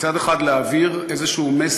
מצד אחד, להעביר מסר